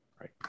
Right